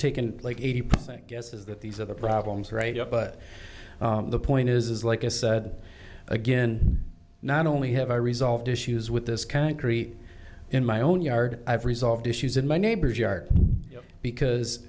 taken like eighty percent guess is that these are the problems right up but the point is like i said again not only have i resolved issues with this concrete in my own yard i've resolved issues in my neighbor's yard because